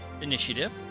initiative